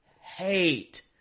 hate